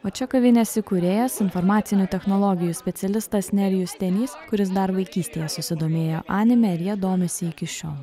o čia kavinės įkūrėjas informacinių technologijų specialistas nerijus stenys kuris dar vaikystėje susidomėjo anime ir ja domisi iki šiol